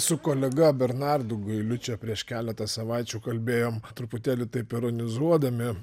su kolega bernardu gailiu čia prieš keletą savaičių kalbėjom truputėlį taip ironizuodami